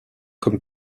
comme